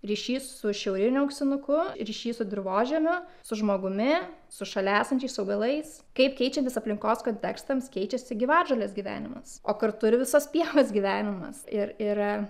ryšys su šiaurinio auksinuko ryšys su dirvožemio su žmogumi su šalia esančiais augalais kaip keičiantis aplinkos kontekstams keičiasi gyvatžolės gyvenimas o kartu ir visos pievos gyvenimas ir yra